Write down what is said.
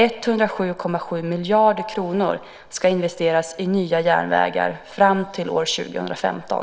107,7 miljarder kronor ska investeras i nya järnvägar fram till år 2015.